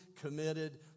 committed